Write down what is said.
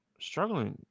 Struggling